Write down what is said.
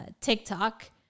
TikTok